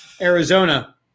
Arizona